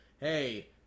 hey